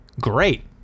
great